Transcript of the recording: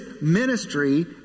ministry